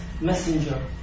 Messenger